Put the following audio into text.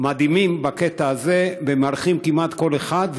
הם מדהימים בקטע הזה ומארחים כמעט כל אחד,